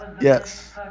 Yes